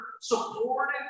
supported